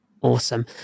awesome